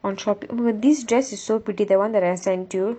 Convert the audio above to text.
on Shopee oh my god this dress is so pretty the [one] that I sent you